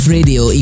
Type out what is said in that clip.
Radio